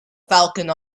falcon